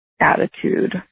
attitude